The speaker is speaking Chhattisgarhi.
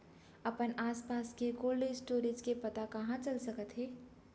अपन आसपास के कोल्ड स्टोरेज के पता कहाँ चल सकत हे?